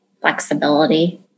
flexibility